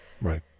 right